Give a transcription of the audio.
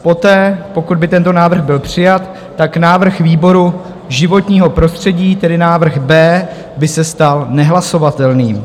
Poté, pokud by tento návrh byl přijat, návrh výboru životního prostředí, tedy návrh B, by se stal nehlasovatelným.